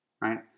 right